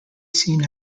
seen